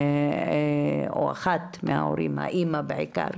או אחת מההורים - האימא בעיקר,